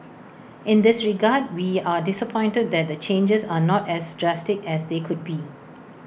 in this regard we are disappointed that the changes are not as drastic as they could be